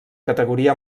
categoria